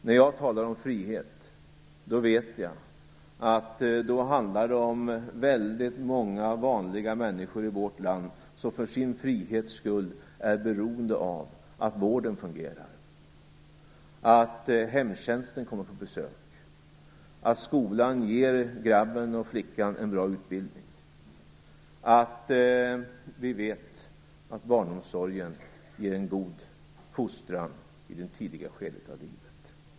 När jag talar om frihet vet jag att det handlar om väldigt många vanliga människor i vårt land som för sin frihets skull är beroende av att vården fungerar, att hemtjänsten kommer på besök, att skolan ger grabben och flickan en bra utbildning och att barnomsorgen ger en god fostran i det tidiga skedet av livet.